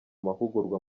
mahugurwa